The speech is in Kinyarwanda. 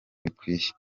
bikwiye